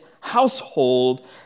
household